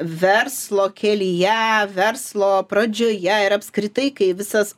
verslo kelyje verslo pradžioje ir apskritai kai visas